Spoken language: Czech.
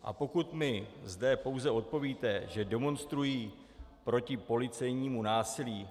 A pokud mi zde pouze odpovíte, že demonstrují proti policejnímu násilí...